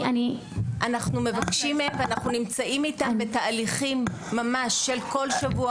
אנחנו מבקשים מהם ואנחנו נמצאים איתם בתהליכים כל שבוע.